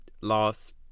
lost